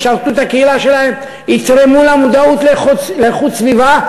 ישרתו את הקהילה שלהם ויתרמו למודעות לאיכות סביבה.